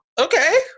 okay